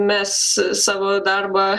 mes savo darbą